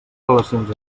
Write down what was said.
relacions